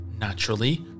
naturally